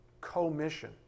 commission